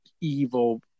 evil